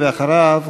ואחריו,